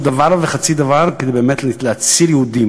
דבר וחצי דבר כדי באמת להציל יהודים.